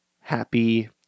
happy